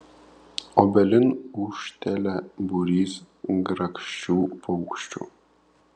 obelin ūžtelia būrys grakščių paukščių